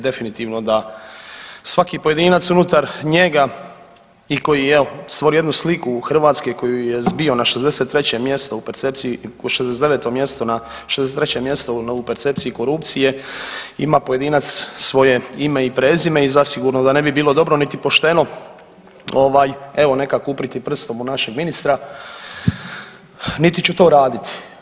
Definitivno da svaki pojedinac unutar njega i koji je evo stvorio jednu sliku Hrvatske koju je zbio na 63. mjesto u percepciji, na 69. mjesto na, 63. mjesto u percepciji korupcije ima pojedinac svoje ime i prezime i zasigurno da ne bi bilo dobro niti pošteno ovaj evo nekako uprti prstom u našeg ministra, niti ću to raditi.